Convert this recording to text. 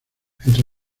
entre